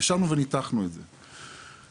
ישבנו וניתחנו את זה,